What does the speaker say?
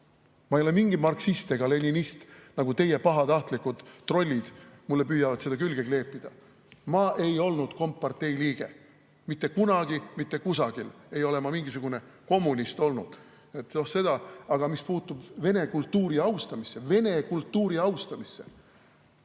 Ma ei ole mingi marksist ega leninist, nagu teie pahatahtlikud trollid mulle püüavad külge kleepida. Ma ei olnud kompartei liige. Mitte kunagi, mitte kusagil ei ole ma mingisugune kommunist olnud. Aga mis puutub vene kultuuri austamisse – vene kultuuri austamisse!